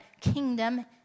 kingdom